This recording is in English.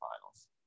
finals